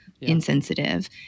insensitive